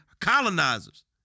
colonizers